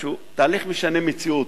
שהוא תהליך משנה מציאות.